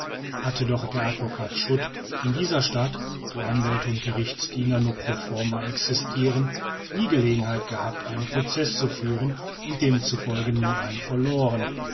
hatte doch der advocat schut in dieser stadt wo anwälte und gerichtsdiener nur pro forma existirten nie gelegenheit gehabt einen proceß zu führen und demzufolge nie einen verloren